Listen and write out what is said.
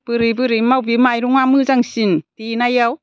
बोरै बोरै माबे माइरङा मोजांसिन देनायाव